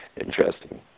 Interesting